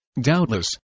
doubtless